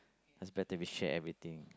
that's better we share everything